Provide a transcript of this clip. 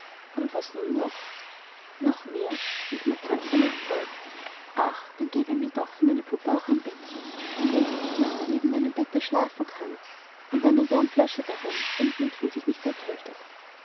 und was nun noch noch mehr rief mathildchen erfreut ach dann gebe mir für meine puppe auch ein bettchen in dem sie des nachts neben meinem bette schlafen kann und eine wärmflasche darin damit mein kind sich nicht erkältet